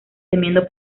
temiendo